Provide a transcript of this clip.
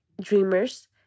dreamers